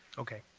okay.